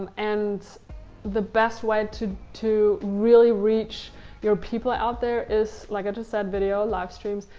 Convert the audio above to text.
and the best way to to really reach your people out there is, like i just said, video, live streams,